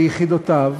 וביחידותיו,